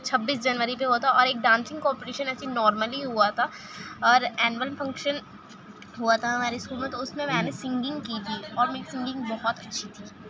چھبیس جنوری پہ ہوا تھا اور ایک ڈانسنگ کومپٹیشن ایسی نارملی ہوا تھا اور اینوئل فنکشن ہوا تھا ہمارے اسکول تو اس میں میں نے سنگنگ کی تھی اور میری سنگنگ بہت اچّھی تھی